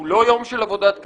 שהוא לא יום של עבודת כנסת.